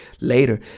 later